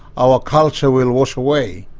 our culture will wash away,